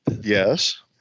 yes